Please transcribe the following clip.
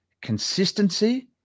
Consistency